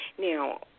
Now